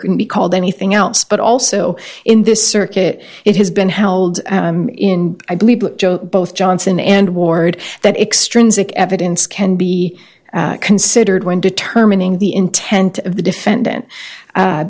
can be called anything else but also in this circuit it has been held in i believe both johnson and ward that extrinsic evidence can be considered when determining the intent of the defendant